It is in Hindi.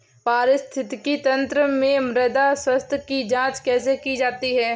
पारिस्थितिकी तंत्र में मृदा स्वास्थ्य की जांच कैसे की जाती है?